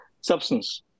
substance